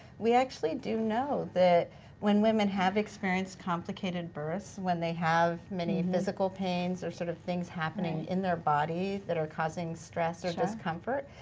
we actually do know that women have experienced complicated births, when they have many physical pains or sort of things happening in their body that are causing stress or discomfort,